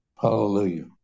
Hallelujah